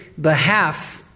behalf